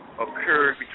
occurred